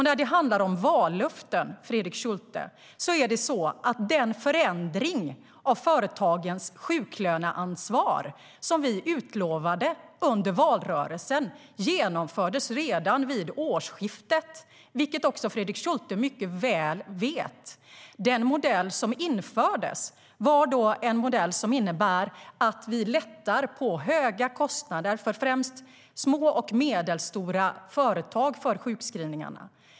När det handlar om vallöften, Fredrik Schulte, genomfördes den förändring av företagens sjuklöneansvar som vi utlovade under valrörelsen redan vid årsskiftet, vilket Fredrik Schulte mycket väl vet. Den modell som infördes var en modell som innebär att vi lättar på höga kostnader för främst små och medelstora företag för sjukskrivningarna.